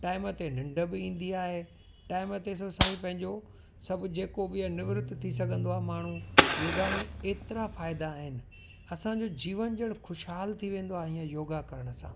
time ते निंड बि ईंदी आहे टाइम ते स साईं पंहिंजो सभु जेको बि आहे निवृत्त थी सघंदो आहे माण्हू योगा में एतिरा फ़ाइदा आहिनि असांजो जीवन जहिड़ो ख़ुशहाल थी वेंदो आहे ईअं योगा करण सां